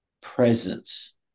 presence